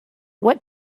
what